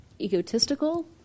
egotistical